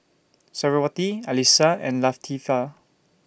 Suriawati Alyssa and Latifa